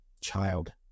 child